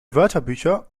wörterbücher